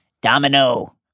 Domino